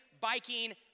biking